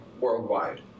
worldwide